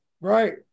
Right